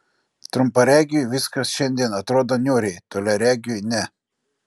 trumparegiui viskas šiandien atrodo niūriai toliaregiui ne